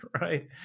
right